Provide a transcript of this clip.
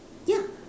ya